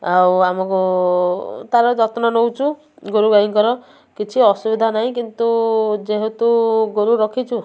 ଆଉ ଆମୁକୁ ତାର ଯତ୍ନ ନେଉଛୁ ଗୋରୁ ଗାଈଙ୍କର କିଛି ଅସୁବିଧା ନାହିଁ କିନ୍ତୁ ଯେହେତୁ ଗୋରୁ ରଖିଛୁ